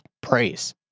praise